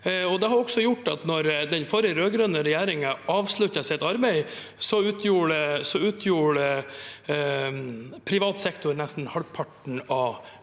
det har også gjort at da den forrige rød-grønne regjeringen avsluttet sitt arbeid, utgjorde privat sektor nesten halvparten av